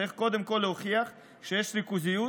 צריך קודם כול להוכיח שיש ריכוזיות